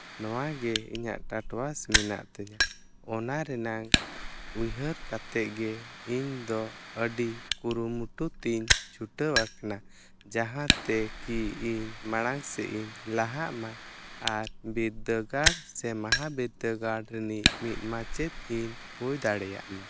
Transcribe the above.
ᱱᱚᱣᱟ ᱜᱮ ᱤᱧᱟᱹᱜ ᱴᱟᱴᱚᱣᱟᱥ ᱢᱮᱱᱟᱜ ᱛᱤᱧᱟᱹ ᱚᱱᱟ ᱨᱮᱱᱟᱜ ᱩᱭᱦᱟᱹᱨ ᱠᱟᱛᱮᱫ ᱜᱮ ᱤᱧ ᱫᱚ ᱟᱹᱰᱤ ᱠᱩᱨᱩᱢᱩᱴᱩ ᱛᱮᱧ ᱪᱷᱩᱴᱟᱹᱣ ᱟᱠᱟᱱᱟ ᱡᱟᱦᱟᱸ ᱛᱮ ᱠᱤ ᱤᱧ ᱢᱟᱲᱟᱝ ᱥᱮᱫ ᱤᱧ ᱞᱟᱦᱟᱜᱢᱟ ᱟᱨ ᱵᱤᱨᱫᱟᱹᱜᱟᱲ ᱥᱮ ᱢᱟᱦᱟ ᱵᱤᱨᱫᱟᱹᱜᱟᱲ ᱨᱮᱱᱤᱡ ᱢᱤᱫ ᱢᱟᱪᱮᱫ ᱤᱧ ᱦᱩᱭ ᱫᱟᱲᱮᱭᱟᱜ ᱢᱟ